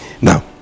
now